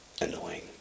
annoying